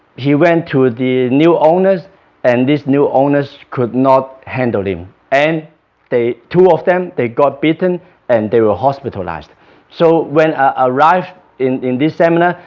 he went to the new owners and these new owners could not handle him and two of them they got bitten and they were hospitalized so when i arrived in this seminar,